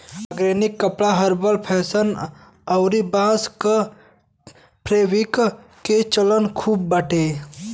organic कपड़ा herbal fashion अउरी बांस के फैब्रिक के चलन खूब बाटे